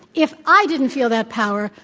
if i didn't feel that power,